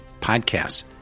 podcasts